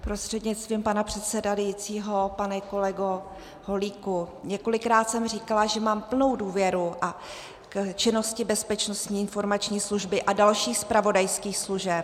Prostřednictvím pana předsedajícího pane kolego Holíku, několikrát jsem říkala, že mám plnou důvěru k činnosti Bezpečnostní informační služby a dalších zpravodajských služeb.